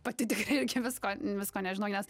pati tikrai irgi visko visko nežinau nes